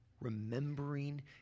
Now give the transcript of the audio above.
Remembering